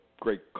great